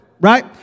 right